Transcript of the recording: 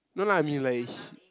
no lah I mean like he